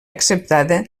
acceptada